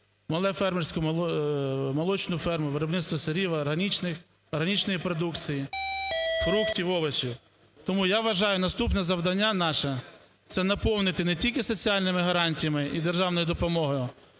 господарство, молочну ферму, виробництво сирів, органічної продукції, фруктів, овочів. Тому я вважаю, наступне завдання наше – це наповнити не тільки соціальними гарантіями і державною допомогою,